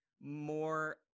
more